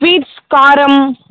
sweets காரம்